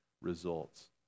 results